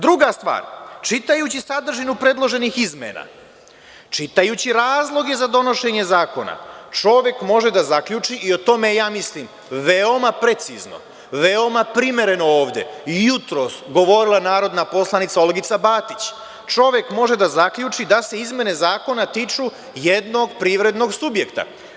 Druga stvar, čitajući sadržinu predloženih izmena, čitajući razloge za donošenje zakona, čovek može da zaključi, i o tome je, mislim, veoma precizno, veoma primereno ovde i jutros govorila narodna poslanica Olgica Batić, da se izmene zakona tiču jednog privrednog subjekta.